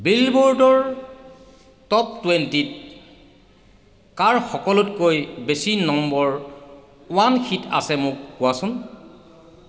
বিলবোৰ্ডৰ top টোৱেণ্টিত কাৰ সকলোতকৈ বেছি নম্বৰ ওৱান হিট আছে মোক কোৱাচোন